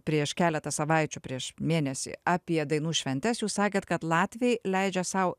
prieš keletą savaičių prieš mėnesį apie dainų šventes jūs sakėt kad latviai leidžia sau